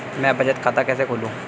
मैं बचत खाता कैसे खोलूं?